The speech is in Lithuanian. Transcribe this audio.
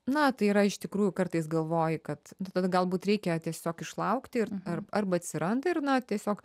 na tai yra iš tikrųjų kartais galvoji kad nu tada galbūt reikia tiesiog išlaukti ir a arba atsiranda ir na tiesiog